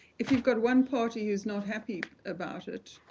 if you've got one party who's not happy about it,